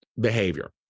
behavior